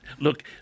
look